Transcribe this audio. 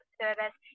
service